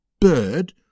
bird